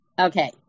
Okay